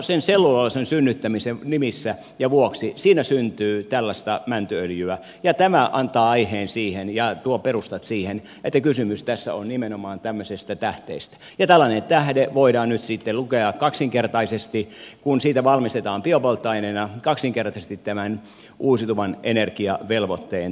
sen selluloosan synnyttämisen nimissä ja vuoksi siinä syntyy tällaista mäntyöljyä ja tämä antaa aiheen siihen ja tuo perustat siihen että kysymys tässä on nimenomaan tämmöisestä tähteestä ja tällainen tähde voidaan nyt sitten lukea kaksinkertaisesti kun sitä valmistetaan biopolttoaineena tämän uusiutuvan energiavelvoitteen täyttämiseksi